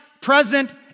present